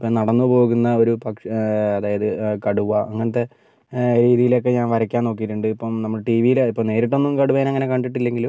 ഇപ്പോൾ നടന്നു പോകുന്ന ഒരു പക്ഷേ അതായത് കടുവ അങ്ങനത്തെ രീതിയിലൊക്കെ ഞാൻ വരക്കാൻ നോക്കിട്ടുണ്ട് ഇപ്പം നമ്മൾ ടി വില് നേരിട്ടൊന്നും കടുവനെ അങ്ങനെ കണ്ടിട്ടില്ലെങ്കിലും